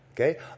Okay